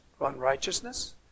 unrighteousness